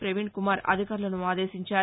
పవీణ్ కుమార్ అధికారులను ఆదేశించారు